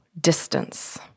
distance